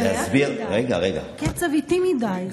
זה מעט מדי, קצב איטי מדי.